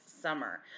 summer